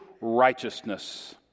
righteousness